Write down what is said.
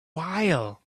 while